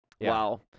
wow